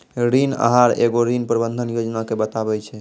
ऋण आहार एगो ऋण प्रबंधन योजना के बताबै छै